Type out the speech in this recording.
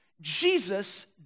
Jesus